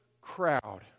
crowd